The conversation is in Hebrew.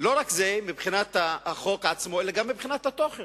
זה לא רק מבחינת החוק עצמו, אלא גם מבחינת התוכן.